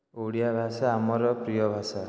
ଓଡ଼ିଆ ଭାଷା ଆମର ପ୍ରିୟ ଭାଷା